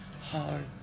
hard